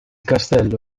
castello